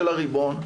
של הריבון,